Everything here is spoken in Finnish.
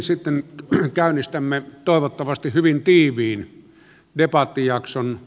sitten käynnistämme toivottavasti hyvin tiiviin debattijakson